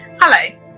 Hello